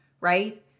right